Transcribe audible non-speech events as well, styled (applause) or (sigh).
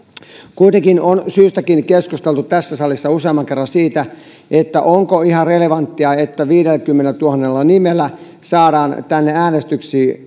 kuitenkin on syystäkin keskusteltu tässä salissa useamman kerran siitä onko ihan relevanttia että viidelläkymmenellätuhannella nimellä saadaan tänne äänestyksiin (unintelligible)